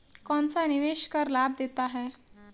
कौनसा निवेश कर लाभ देता है?